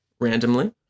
Randomly